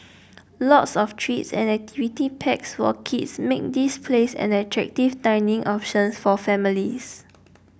lots of treats and activity packs for kids make this place an attractive dining option for families